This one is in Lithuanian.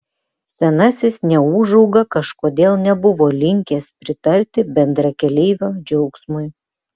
senasis neūžauga kažkodėl nebuvo linkęs pritarti bendrakeleivio džiaugsmui